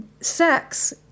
sex